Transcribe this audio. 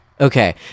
Okay